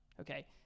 okay